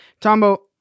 Tombo